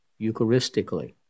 Eucharistically